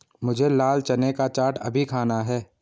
मुझे लाल चने का चाट अभी खाना है